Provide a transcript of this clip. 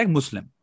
Muslim